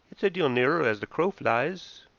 it's a deal nearer as the crow flies.